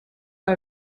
are